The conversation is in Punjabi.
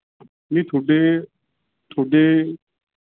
ਨਹੀਂ ਤੁਹਾਡੇ ਤੁਹਾਡੇ